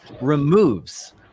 removes